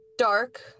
dark